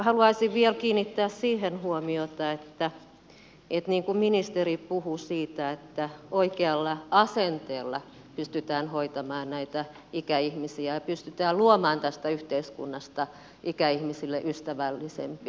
haluaisin vielä kiinnittää siihen huomiota mistä ministeri puhui että oikealla asenteella pystytään hoitamaan näitä ikäihmisiä ja pystytään luomaan tästä yhteiskunnasta ikäihmisille ystävällisempi